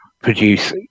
produce